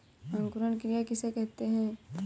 अंकुरण क्रिया किसे कहते हैं?